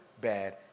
bad